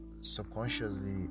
subconsciously